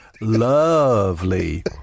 Lovely